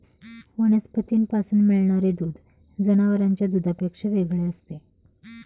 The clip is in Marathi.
वनस्पतींपासून मिळणारे दूध जनावरांच्या दुधापेक्षा वेगळे असते